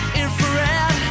infrared